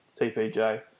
TPJ